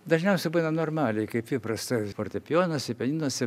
dažniausia būna normaliai kaip įprasta fortepijonuose pianinuose